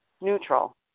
neutral